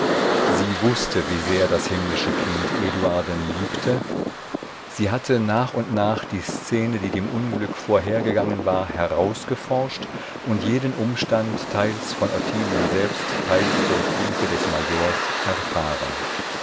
sie wußte wie sehr das himmlische kind eduarden liebte sie hatte nach und nach die szene die dem unglück vorhergegangen war herausgeforscht und jeden umstand teils von ottilien selbst teils durch briefe des majors erfahren